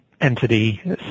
entity